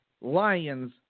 Lions